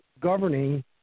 governing